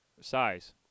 Size